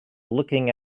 looking